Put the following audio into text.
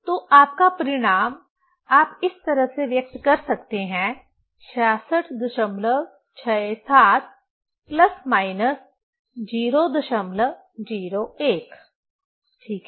तो आपका परिणाम आप इस तरह व्यक्त कर सकते हैं 6667 प्लस माइनस 001 ठीक है